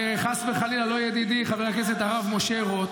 וחס וחלילה לא לידידי, חבר הכנסת הרב משה רוט.